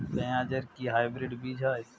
পেঁয়াজ এর কি হাইব্রিড বীজ হয়?